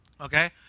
Okay